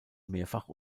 mehrfach